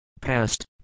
Past